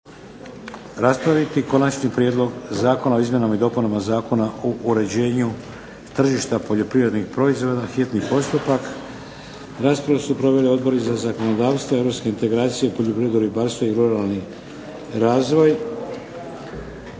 raspraviti. - Konačni prijedlog Zakona o izmjenama i dopunama Zakona o uređenju tržišta poljoprivrednih proizvoda, hitni postupak, prvo i drugo čitanje, P.Z.E. br. 696. Raspravu su proveli odbori za zakonodavstvo, europske integracije, poljoprivredu, ribarstvo i ruralni razvoj.